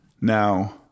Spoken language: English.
now